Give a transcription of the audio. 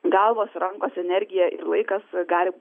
galvos rankos energija laikas gali